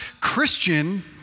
Christian